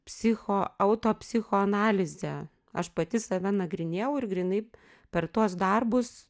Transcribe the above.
psicho auto psichoanalizė aš pati save nagrinėjau ir grynai per tuos darbus